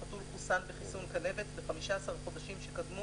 שהחתול חוסן בחיסון כלבת ב-15 החודשים שקדמו